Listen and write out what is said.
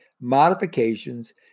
modifications